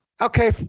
Okay